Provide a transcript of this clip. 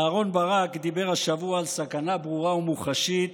אהרן ברק דיבר השבוע על סכנה ברורה ומוחשית